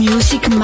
Music